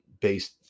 based